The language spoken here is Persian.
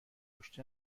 پشت